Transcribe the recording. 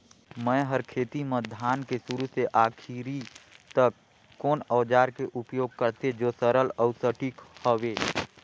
मै हर खेती म धान के शुरू से आखिरी तक कोन औजार के उपयोग करते जो सरल अउ सटीक हवे?